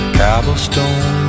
cobblestone